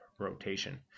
rotation